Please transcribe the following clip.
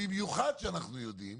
במיוחד שאנחנו יודעים